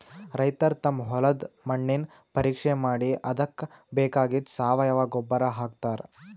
ರೈತರ್ ತಮ್ ಹೊಲದ್ದ್ ಮಣ್ಣಿನ್ ಪರೀಕ್ಷೆ ಮಾಡಿ ಅದಕ್ಕ್ ಬೇಕಾಗಿದ್ದ್ ಸಾವಯವ ಗೊಬ್ಬರ್ ಹಾಕ್ತಾರ್